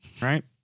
right